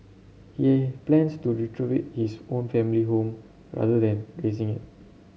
he plans to retrofit his own family home rather than razing it